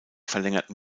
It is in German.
verlängerten